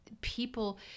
people